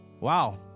Wow